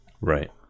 Right